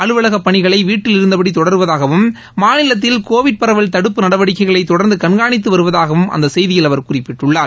அலுவலகப் பணிகளை வீட்டில் இருந்தபடி தொடருவதாகவும் மாநிலத்தில் கோவிட் பரவல் தடுப்பு நடவடிக்கைகளை தொடர்ந்து கண்காணித்து வருவதாகவும் அந்த செய்தியில் அவர் குறிப்பிட்டுள்ளார்